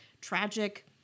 tragic